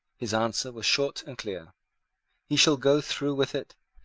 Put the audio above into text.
his answer was short and clear he shall go through with it,